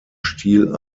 stil